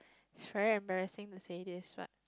is very embarrassing to say this one